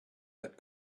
that